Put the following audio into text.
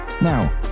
Now